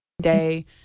day